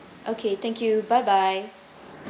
okay thank you bye bye